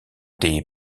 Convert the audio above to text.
des